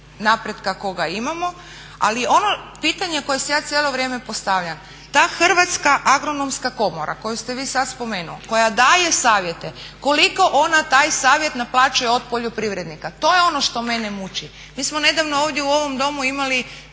napretka kojega imamo, ali ono pitanje koje si ja cijelo vrijeme postavljam, ta Hrvatska agronomska komora koju ste vi sad spomenuli, koja daje savjete koliko ona taj savjet naplaćuje od poljoprivrednika? To je ono što mene muči. Mi smo nedavno ovdje u ovom domu imali